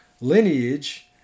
lineage